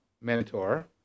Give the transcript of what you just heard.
mentor